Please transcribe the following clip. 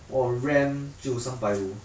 orh R_A_M 就三百五